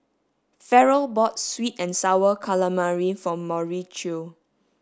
Ferrell bought sweet and sour calamari for Mauricio